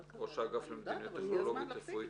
ראש האגף למדיניות טכנולוגית רפואית,